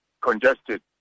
congested